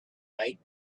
night